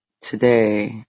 today